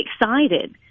excited